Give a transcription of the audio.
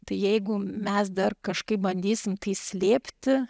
tai jeigu mes dar kažkaip bandysim tai slėpti